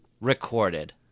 recorded